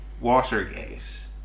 Watergate